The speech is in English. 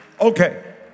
Okay